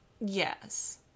Yes